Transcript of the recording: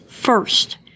First